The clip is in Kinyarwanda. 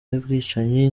y’ubwicanyi